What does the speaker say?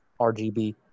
RGB